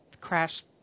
crash